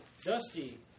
Dusty